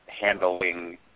handling